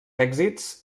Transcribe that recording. èxits